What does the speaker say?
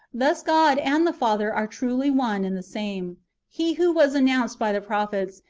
thus god and the father are truly one and the same he who was announced by the prophets,